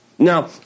Now